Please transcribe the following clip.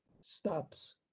stops